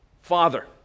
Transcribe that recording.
father